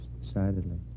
decidedly